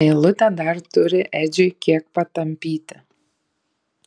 meilutė dar turi edžiui kiek patampyti